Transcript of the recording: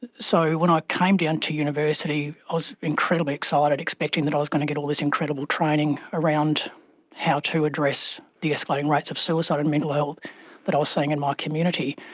so when i came down to university i was incredibly excited, expecting that i was going to get all this incredible training around how to address the escalating rates of suicide and mental health that i was seeing in my community.